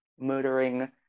murdering